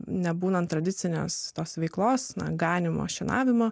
nebūnant tradicinės tos veiklos nuo ganymo šienavimo